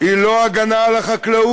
היא לא הגנה על החקלאות,